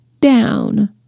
down